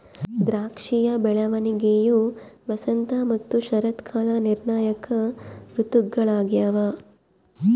ದ್ರಾಕ್ಷಿಯ ಬೆಳವಣಿಗೆಯು ವಸಂತ ಮತ್ತು ಶರತ್ಕಾಲ ನಿರ್ಣಾಯಕ ಋತುಗಳಾಗ್ಯವ